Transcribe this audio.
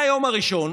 מהיום הראשון